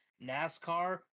nascar